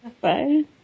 Bye